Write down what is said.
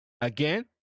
again